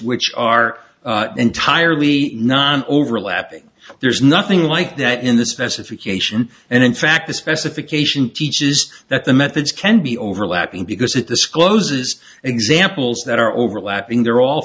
which are entirely not overlapping there's nothing like that in the specification and in fact the specification teaches that the methods can be overlapping because it discloses examples that are overlapping they're all